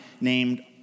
named